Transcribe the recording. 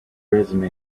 resume